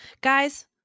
guys